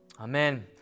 Amen